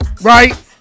right